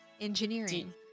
Engineering